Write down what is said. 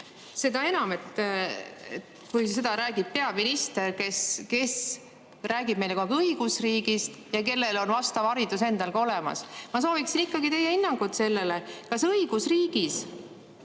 Seda enam, kui seda räägib peaminister, kes räägib meile ka õigusriigist ja kellel on vastav haridus endal olemas. Ma sooviksin ikkagi teie hinnangut sellele, kas õigusriigis